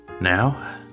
Now